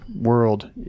world